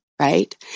right